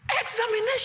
Examination